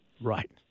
Right